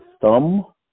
Thumb